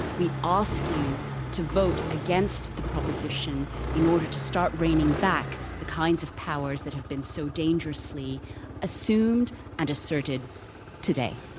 we ask you to vote against the proposition in order to start reining back the kinds of powers that have been so dangerously assumed and asserted today.